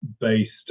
based